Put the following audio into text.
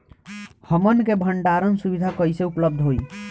हमन के भंडारण सुविधा कइसे उपलब्ध होई?